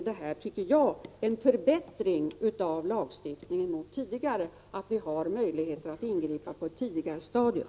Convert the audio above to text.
Därför är det en förbättring av lagstiftningen att vi har möjlighet att ingripa på ett tidigare stadium.